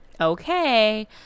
Okay